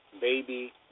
Baby